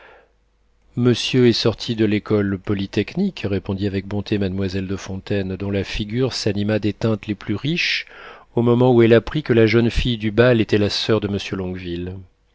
monsieur est sorti de l'école polytechnique répondit avec bonté mademoiselle de fontaine dont la figure s'anima des teintes les plus riches au moment où elle apprit que la jeune fille du bal était la soeur de